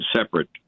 Separate